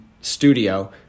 studio